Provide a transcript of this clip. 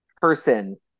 person